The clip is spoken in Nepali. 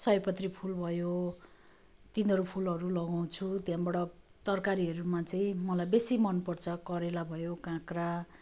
सयपत्री फुल भयो तिनीहरू फुलहरू लगाउँछु त्यहाँबाट तरकारीहरूमा चाहिँ मलाई बेसी मन पर्छ करेला भयो काँक्रा